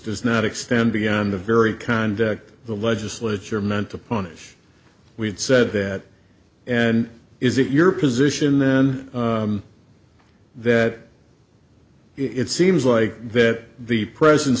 does not extend beyond the very kind of the legislature meant to punish we had said that and is it your position then that it seems like that the present